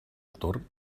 torn